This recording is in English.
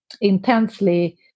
intensely